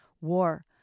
war